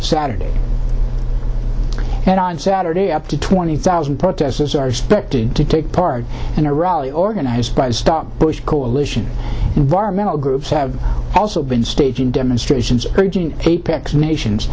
saturday and on saturday up to twenty thousand protesters are expected to take part in a rally organized by a stop push coalition environmental groups have also been staging demonstrations urging apex nations